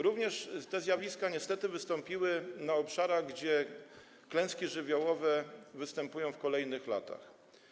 Również te zjawiska niestety wystąpiły na obszarach, gdzie klęski żywiołowe występują w kolejnych latach.